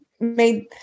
made